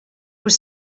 were